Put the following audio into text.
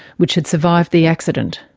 which had survived the accident.